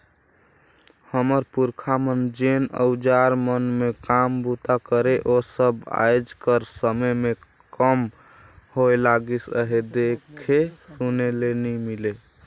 हमर पुरखा मन जेन अउजार मन मे काम बूता करे ओ सब आएज कर समे मे कम होए लगिस अहे, देखे सुने ले नी मिले